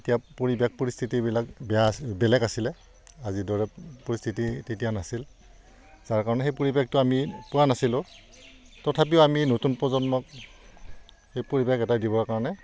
তেতিয়া পৰিৱেশ পৰিস্থিতিবিলাক বেয়া বেলেগ আছিলে আজিৰ দৰে পৰিস্থিতি তেতিয়া নাছিল যাৰ কাৰণে সেই পৰিৱেশটো আমি পোৱা নাছিলোঁ তথাপিও আমি নতুন প্ৰজন্মক সেই পৰিৱেশ এটা দিবৰ কাৰণে